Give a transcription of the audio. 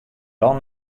dan